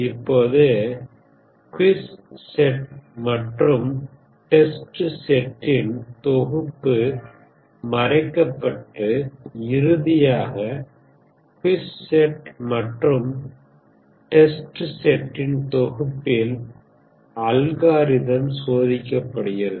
இப்போது quiz set மற்றும் test செட்டின் தொகுப்பு மறைக்கப்பட்டு இறுதியாக குய்ஸ் செட் மற்றும் டெஸ்ட் செட்டின் தொகுப்பில் அல்காரிதம் சோதிக்கப்படுகிறது